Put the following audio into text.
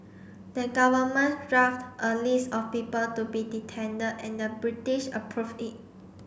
the governments draft a list of people to be and the British approved it